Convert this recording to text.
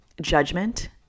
judgment